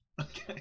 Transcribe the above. Okay